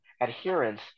adherence